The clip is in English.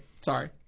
Sorry